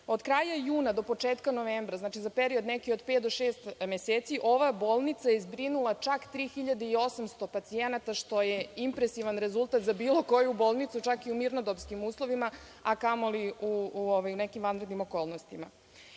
od kraja juna do početka novembra, znači za neki period od pet, šest meseci, ova bolnica je zbrinula čak 3800 pacijenata, što je impresivan rezultat za bilo koju bolnicu čak i u mirnodopskim uslovima, a kamoli u nekim vanrednim okolnostima.Među